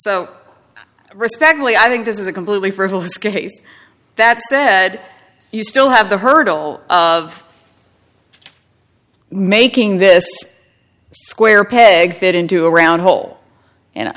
so respectfully i think this is a completely frivolous that said you still have the hurdle of making this square peg fit into a round hole and